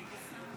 שנייה-שלישית?